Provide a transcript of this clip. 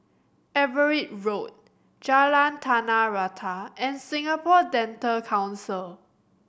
Everitt Road Jalan Tanah Rata and Singapore Dental Council